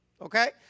Okay